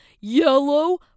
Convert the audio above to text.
yellow